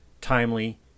timely